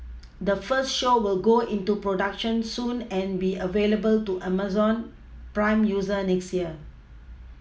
the first show will go into production soon and be available to Amazon prime users next year